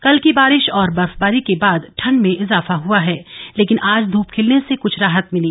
कल की बारिश और बर्फबारी के बाद ठंड में इजाफा हुआ है लेकिन आज ध्यप खिलने से कुछ राहत मिली